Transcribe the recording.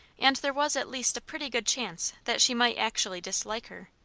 and there was at least a pretty good chance that she might actually dislike her.